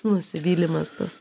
nusivylimas tas